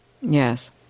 Yes